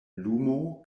lumo